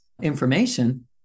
information